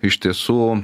iš tiesų